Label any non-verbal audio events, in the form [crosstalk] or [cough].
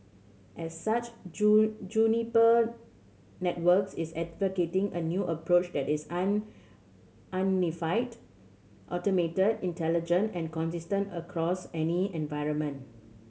as such [unintelligible] Juniper Networks is advocating a new approach that is an unified automated intelligent and consistent across any environment